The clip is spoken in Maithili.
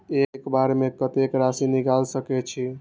एक बार में कतेक राशि निकाल सकेछी?